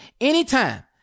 anytime